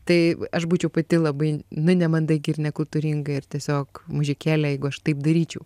tai aš būčiau pati labai nu nemandagi ir nekultūringa ir tiesiog mužikėlė jeigu aš taip daryčiau